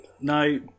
No